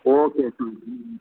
okay શાંતિથી